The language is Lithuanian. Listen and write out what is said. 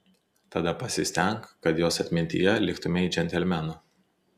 tada pasistenk kad jos atmintyje liktumei džentelmenu